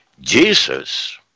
Jesus